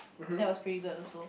that was pretty good also